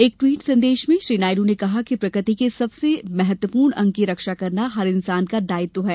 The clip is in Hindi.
एक ट्वीट संदेश में श्री नायडू ने कहा कि प्रकृति के सबसे महत्वपूर्ण अंग की रक्षा करना हर इंसान का दायित्व है